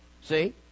See